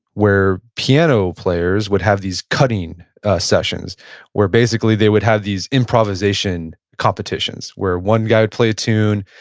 where piano players would have these cutting sessions where basically they would have these improvisation competitions where one guy would play a tune.